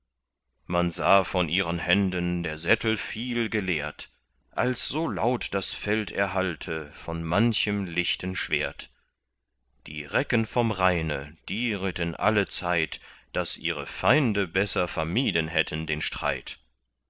man sah von ihren händen der sättel viel geleert als so laut das feld erhallte von manchem lichten schwert die recken vom rheine die ritten allezeit daß ihre feinde besser vermieden hätten den streit